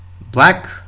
Black